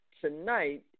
tonight